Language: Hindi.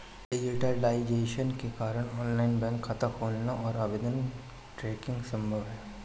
डिज़िटाइज़ेशन के कारण ऑनलाइन बैंक खाता खोलना और आवेदन ट्रैकिंग संभव हैं